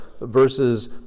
verses